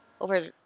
over